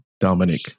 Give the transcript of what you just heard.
Dominic